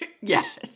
Yes